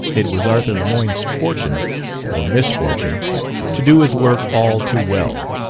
it was arthur lemoyne's fortune or misfortune to do his work all too well.